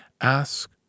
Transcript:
Ask